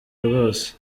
rwose